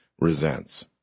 resents